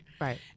Right